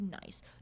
nice